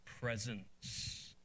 presence